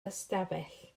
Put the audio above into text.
ystafell